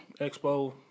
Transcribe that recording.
Expo